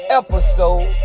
episode